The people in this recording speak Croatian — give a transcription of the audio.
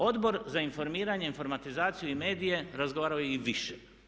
Odbor za informiranje, informatizaciju i medije razgovarao je i više.